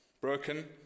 broken